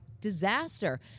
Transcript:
disaster